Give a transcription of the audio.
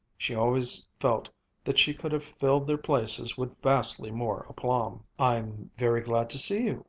she always felt that she could have filled their places with vastly more aplomb. i'm very glad to see you,